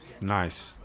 Nice